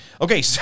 Okay